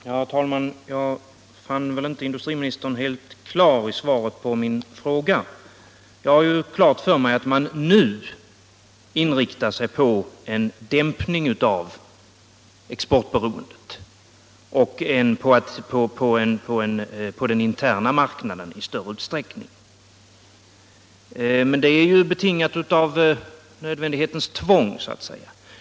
Herr talman! Jag fann väl inte industriministern helt klar i svaret på min fråga. Jag har ju fullt klart för mig att man nu inriktar sig på en dämpning av exportberoendet och i större utsträckning siktar på den interna marknaden, men det är ju betingat av nödvändighetens tvång så att säga.